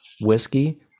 whiskey